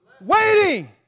Waiting